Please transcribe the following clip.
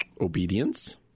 obedience